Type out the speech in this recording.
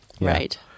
Right